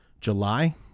July